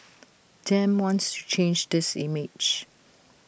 Dem wants to change this image